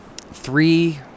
Three